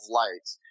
lights